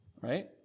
right